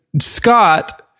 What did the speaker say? Scott